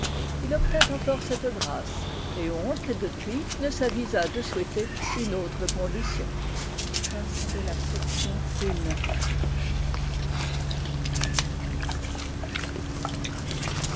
il obtint encore cette grâce et oncques depuis ne s'avisa de souhaiter une autre condition